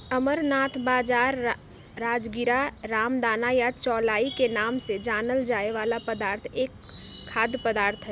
amaranth बाजरा, राजगीरा, रामदाना या चौलाई के नाम से जानल जाय वाला एक खाद्य पदार्थ हई